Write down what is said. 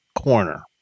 corner